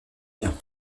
vient